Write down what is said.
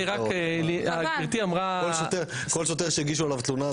כל שוטר שהגישו עליו תלונה,